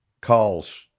calls